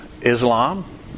Islam